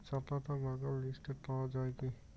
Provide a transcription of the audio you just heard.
চাপাতা বাগান লিস্টে পাওয়া যায় কি?